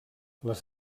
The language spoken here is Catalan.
les